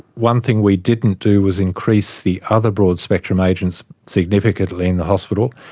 one thing we didn't do was increase the other broad-spectrum agents significantly in the hospital.